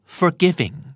forgiving